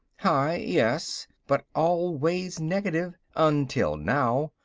high yes, but always negative. until now.